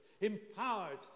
empowered